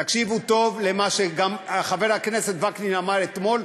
תקשיבו טוב גם למה שחבר הכנסת וקנין אמר אתמול,